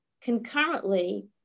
concurrently